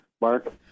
Mark